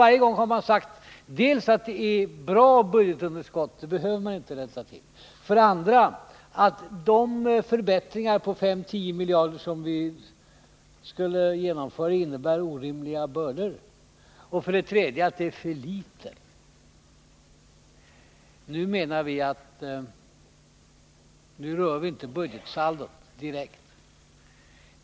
Varje gång har man sagt för det första att det är bra med budgetunderskott, för det andra att de förbättringar på 5-10 miljarder som våra förslag skulle innebära medförde orimliga bördor och för det tredje att förbättringarna var för små. Nu rör vi inte budgetsaldot direkt.